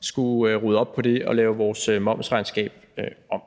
skulle rydde op i det og lave vores momsregnskab om.